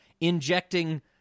injecting